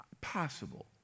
possible